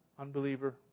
unbeliever